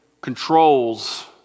controls